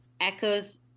echoes